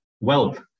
wealth